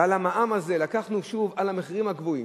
על המע"מ הזה, שוב, על המחירים הגבוהים,